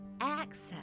access